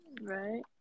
Right